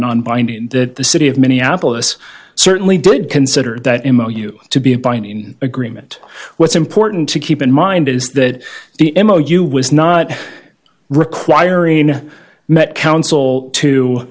non binding and that the city of minneapolis certainly did consider that him oh you to be a binding agreement what's important to keep in mind is that the m o u was not requiring the met council to